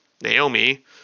Naomi